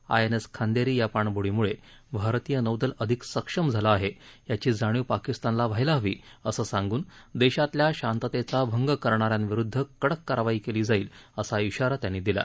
I N S Khanderi या पाणब्डीम्ळे भारतीय नौदल अधिक सक्षम झालं आहे याची जाणीव पाकिस्तानला व्हायला हवी असं सांगून देशातल्या शांततेचा भंग करणाऱ्यांविरुद्ध कडक कारवाई केली जाईल असा इशारा त्यांनी दिला